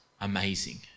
Amazing